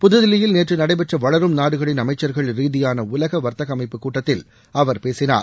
புதுதில்லியில் நேற்று நடைபெற்ற வளரும் நாடுகளின் அமைச்சர்கள் ரிதியான உலக வர்த்தக அமைப்பு கூட்டத்தில் அவர் பேசினார்